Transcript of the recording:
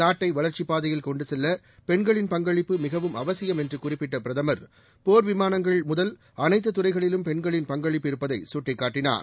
நாட்டை வளர்ச்சிப் பாதையில் கொண்டு செல்ல பெண்களின் பங்களிப்பு மிகவும் அவசியம் என்று குறிப்பிட்ட பிரதம் போர் விமானங்கள் முதல் அனைத்து துறைகளிலும் பெண்களின் பங்களிப்பு இருப்பதை சுட்டிக்காட்டினார்